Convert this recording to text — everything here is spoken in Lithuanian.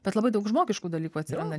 bet labai daug žmogiškų dalykų atsiranda